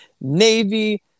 Navy